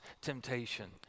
temptation